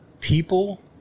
people